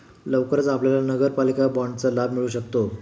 लवकरच आपल्याला नगरपालिका बाँडचा लाभ मिळू शकतो